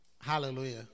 Hallelujah